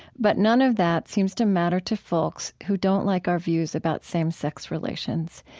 but none of that seems to matter to folks who don't like our views about same sex relations.